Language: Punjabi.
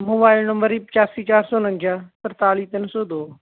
ਮੋਬਾਈਲ ਨੰਬਰ ਜੀ ਪਚਾਸੀ ਚਾਰ ਸੌ ਉਣੰਜਾ ਤਰਤਾਲੀ ਤਿੰਨ ਸੌ ਦੋ